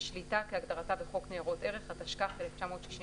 "שליטה" כהגדרתה בחוק ניירות ערך, התשכ"ח-1968,